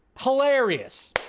Hilarious